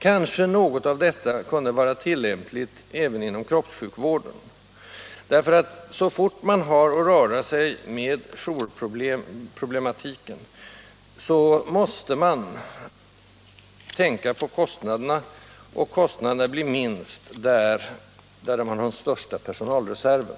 Kanske något av detta kunde vara tillämpligt även inom kroppssjukvården, därför att så fort man har att röra sig med jourproblematiken måste man tänka på kostnaderna. Och kostnaderna blir minst där man har tillgång till den största personalreserven.